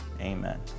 Amen